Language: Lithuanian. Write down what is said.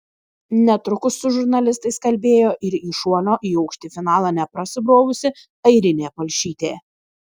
netrukus su žurnalistais kalbėjo ir į šuolio į aukštį finalą neprasibrovusi airinė palšytė